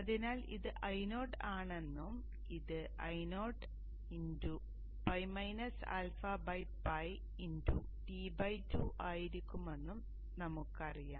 അതിനാൽ ഇത് Io ആണെന്നും അതിനാൽ ഇത് Ioπ απ T2 ആയിരിക്കുമെന്നും ഞങ്ങൾക്കറിയാം